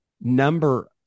number